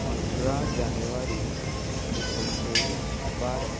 अठरा जानेवारी एकोणशे बारा